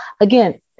again